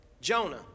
Jonah